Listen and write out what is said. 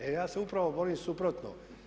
E ja se upravo borim suprotno.